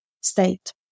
state